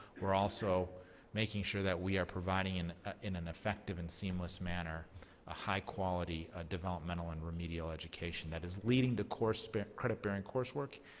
we're also making sure that we are providing in ah in an effective and seamless manner a high quality ah developmental and remedial education that is leading the credit-bearing coursework,